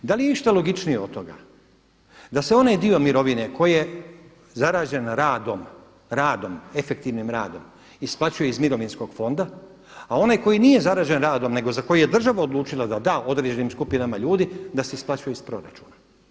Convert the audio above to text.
Da li je išta logičnije od toga da se onaj dio mirovine koji je zarađen radom, radom, efektivnim radom isplaćuje iz mirovinskog fonda, a onaj koji nije zarađen radom nego za koji je država odlučila da da određenim skupinama ljudi da se isplaćuje iz proračuna.